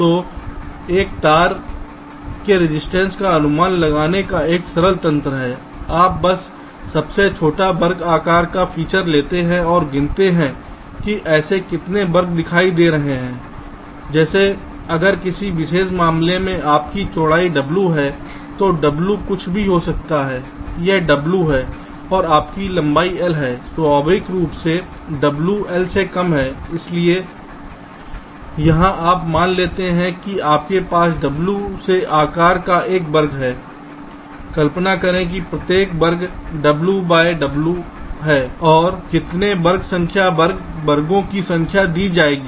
तो एक तार के रजिस्टेंस का अनुमान लगाने का एक सरल तंत्र है आप बस सबसे छोटा वर्ग आकार का फीचर लेते हैं और गिनते हैं कि ऐसे कितने वर्ग दिखाई दे रहे हैं जैसे अगर किसी विशेष मामले में आपकी चौड़ाई w है तो w कुछ भी हो सकता है यह w है और आपकी लंबाई l है स्वाभाविक रूप से w l से कम है इसलिए यहां आप मान लेते हैं कि आपके पास w से आकार का एक वर्ग है कल्पना करें कि प्रत्येक वर्ग w बाय w है और कितने वर्ग संख्या वर्ग वर्गों की संख्या दी जाएगी